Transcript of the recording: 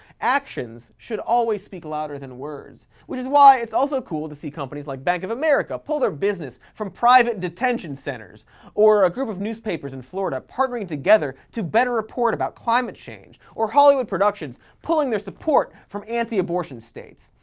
actions should always speak louder than words, which is why it's also cool to see companies like bank of america pull their business from private detention centers or a group of newspapers in florida partnering together to better report about climate change or hollywood productions pulling their support from anti-abortion states.